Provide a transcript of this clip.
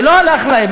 ולא הלך להם,